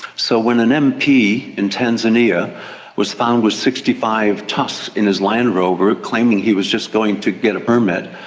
so when an mp in tanzania was found with sixty five tusks in his land rover claiming he was just going to get a permit,